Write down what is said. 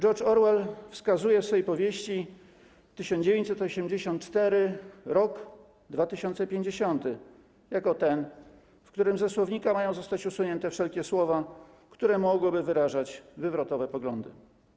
George Orwell wskazuje w swej powieści „1984” rok 2050 jako ten, w którym ze słownika mają zostać usunięte wszelkie słowa, które mogłyby wyrażać wywrotowe poglądy.